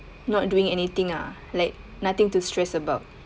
not doing anything ah like nothing too stressed about